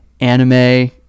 anime